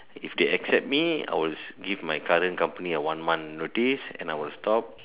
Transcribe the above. if they accept me I will give my current company a one month notice and I will stop